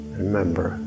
remember